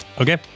Okay